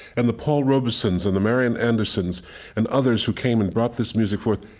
and the paul robesons and the marian andersons and others who came and brought this music forth,